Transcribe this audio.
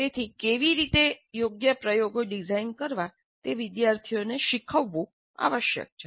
તેથી કેવી રીતે યોગ્ય પ્રયોગો ડિઝાઇન કરવા તે વિદ્યાર્થીઓને શીખવવું આવશ્યક છે